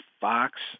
Fox